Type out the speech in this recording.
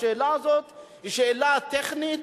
השאלה הזאת היא שאלה טכנית,